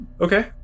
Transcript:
Okay